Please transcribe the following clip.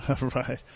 Right